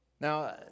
Now